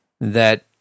that-